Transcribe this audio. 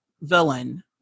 villain